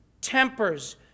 tempers